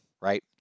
right